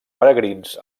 peregrins